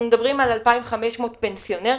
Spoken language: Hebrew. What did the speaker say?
אנחנו מדברים על 2,500 פנסיונרים.